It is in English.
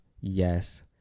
yes